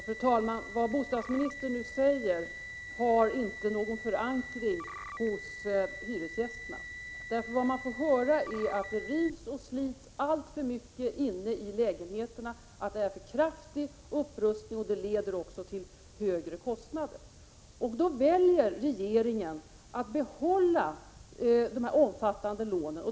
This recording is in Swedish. Fru talman! Vad bostadsministern nu säger har inte någon förankring hos hyresgästerna, för vad man får höra är ju att det rivs och slits alltför mycket inne i lägenheterna, att det är en för kraftig upprustning och att detta leder till högre kostnader. Men regeringen väljer att behålla de omfattande lånen.